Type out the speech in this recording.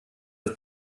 das